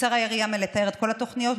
תקצר היריעה מלתאר את כל התוכניות,